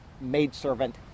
maidservant